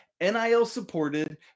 NIL-supported